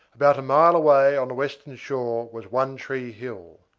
about a mile away on the western shore was one tree hill.